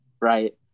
right